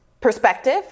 perspective